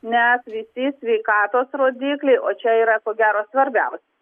nes visi sveikatos rodikliai o čia yra ko gero svarbiau